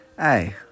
Hey